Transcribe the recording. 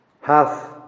hath